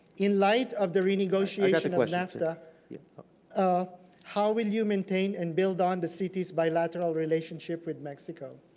in light of the renegotiation of nafta yeah ah how will you maintain and build on the city's bilateral relationship with mexico?